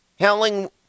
Howling